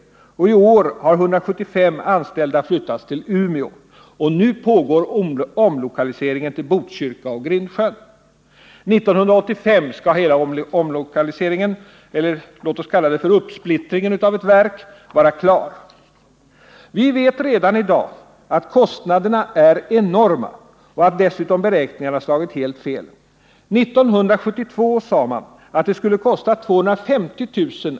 Under 1979 har 175 anställda flyttats till Umeå. Nu pågår omlokaliseringen till Botkyrka och Grindsjön. 1985 skall hela omlokaliseringen — uppsplittringen — vara klar. Vi vet redan i dag att kostnaderna är enorma och att dessutom beräkningarna slagit helt fel. 1972 sade man att det skulle kosta 250 000 kr.